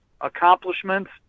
accomplishments